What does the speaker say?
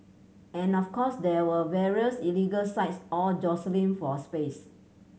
and of course there are various illegal sites all jostling for a space